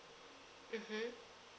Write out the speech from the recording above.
mmhmm